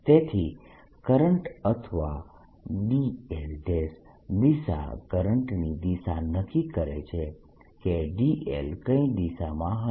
તેથી કરંટ અથવા dl દિશા કરંટની દિશા નક્કી કરે છે કે dl કઈ દિશામાં હશે